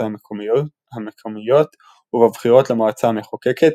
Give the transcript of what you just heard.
המקומיות ובבחירות למועצה המחוקקת,